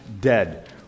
dead